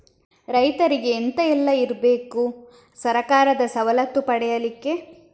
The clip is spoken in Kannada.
ರೈತರಿಗೆ ಎಂತ ಎಲ್ಲ ಇರ್ಬೇಕು ಸರ್ಕಾರದ ಸವಲತ್ತು ಪಡೆಯಲಿಕ್ಕೆ?